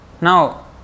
Now